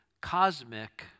cosmic